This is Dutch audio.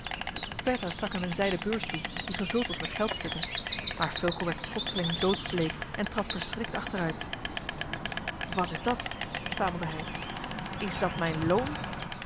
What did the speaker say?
stak hem eene zijden beurs toe die gevuld was met geldstukken maar fulco werd plotseling doodsbleek en trad verschrikt achteruit wat is dat stamelde hij is dat mijn loon